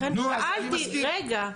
לכן שאלתי, רגע.